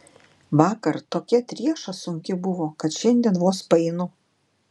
vakar tokia trieša sunki buvo kad šiandien vos paeinu